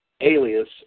alias